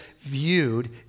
viewed